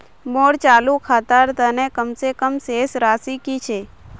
मोर चालू खातार तने कम से कम शेष राशि कि छे?